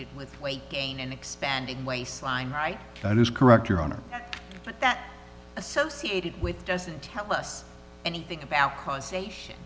associated with weight gain and expanding waistline right that is correct your honor but that associated with doesn't tell us anything about causation